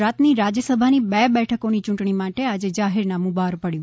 ગુજરાતની રાજ્યસભાની બે બેઠકોની યૂંટણી માટે આજે જાહેરનામું બહાર પડ્યું